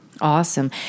Awesome